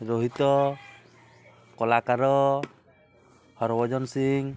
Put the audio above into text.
ରୋହିତ କଳାକାର ହରଭଜନ ସିଂ